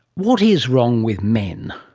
what is wrong with men?